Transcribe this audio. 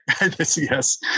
Yes